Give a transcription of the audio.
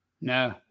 No